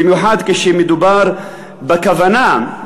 במיוחד כשמדובר בכוונה.